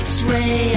X-ray